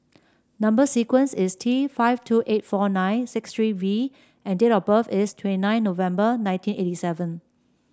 number sequence is T five two eight four nine six three V and date of birth is twenty nine November nineteen eighty seven